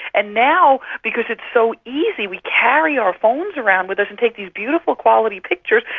and now because it's so easy, we carry our phones around with us and take these beautiful quality pictures,